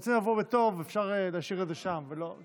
כשרוצים לבוא בטוב אפשר להשאיר את זה שם, ולא,